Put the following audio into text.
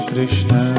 Krishna